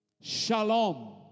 Shalom